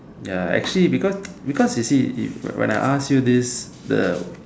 ya actually because because you see if when when I asked you this the